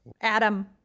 Adam